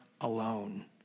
alone